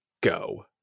Go